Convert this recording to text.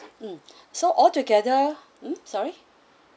mm so altogether mm sorry